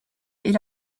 est